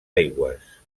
aigües